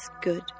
good